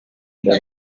there